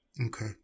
Okay